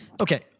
Okay